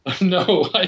No